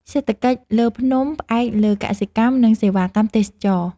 សេដ្ឋកិច្ចលើភ្នំផ្អែកលើកសិកម្ម និងសេវាកម្មទេសចរណ៍។